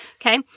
Okay